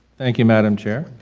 thank you madam chair.